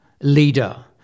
leader